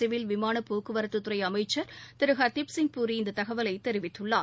civil விமான போக்குவர்தது அமைச்சா் திரு ஹர்தீப்சிங் பூரி இந்த தகவலை தெரிவித்துள்ளார்